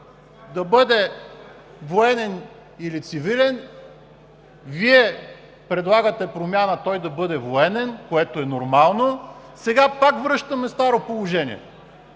да бъде военен или цивилен? Вие предлагате промяна да бъде военен, което е нормално, сега пак връщаме старото положение.